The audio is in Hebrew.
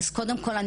קודם כל,